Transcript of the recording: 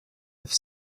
have